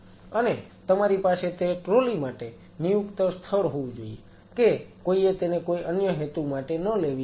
અને તમારી પાસે તે ટ્રોલી માટે નિયુક્ત સ્થળ હોવું જોઈએ કે કોઈએ તેને કોઈ અન્ય હેતુ માટે ન લેવી જોઈએ